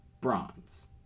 bronze